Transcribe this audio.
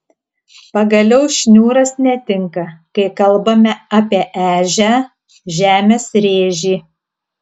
pagaliau šniūras netinka kai kalbame apie ežią žemės rėžį